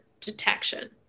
detection